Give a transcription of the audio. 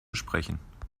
sprechen